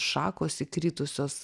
šakos įkritusios